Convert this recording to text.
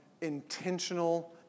intentional